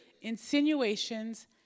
insinuations